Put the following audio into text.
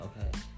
Okay